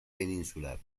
peninsular